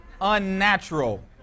unnatural